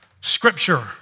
Scripture